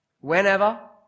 whenever